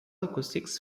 acoustics